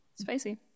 spicy